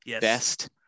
best